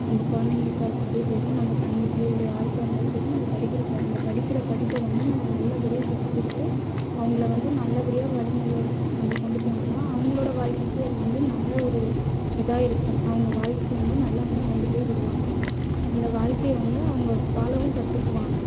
நம்ம குலந்தைங்களுக்கா இருக்கட்டும் சரி நம்ம தங்கச்சியோ இல்லை யாருக்காக இருந்தாலும் சரி நம்ம படிக்கிற ப அந்த படிக்கிற படிப்பை வந்து நம்ம நல்ல படியாக கத்துக்கொடுத்து அவங்கள வந்து நல்ல படியாக வழிமுறைய நம்ம கொண்டு போனோம்னா அவங்களோட வாழ்க்கைக்கு அது வந்து நல்ல ஒரு இதாக இருக்கும் அவங்க வாழ்க்கைக்கு வந்து நல்லா அவங்க கொண்டு போய் விடுவாங்கள் அந்த வாழ்க்கைய வந்து அவங்க வாழவும் கத்துக்குவாங்கள்